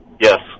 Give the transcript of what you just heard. Yes